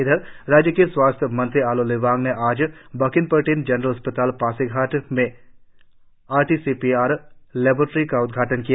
इधर राज्य के स्वास्थ्य मंत्री आलो लिबांग ने आज बाकिन पर्टिन जनरल अस्पताल पासीघाट में R T P C R laboratory का उद्घाटन किया